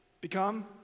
become